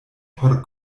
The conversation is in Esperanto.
por